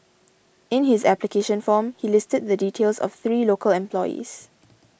in his application form he listed the details of three local employees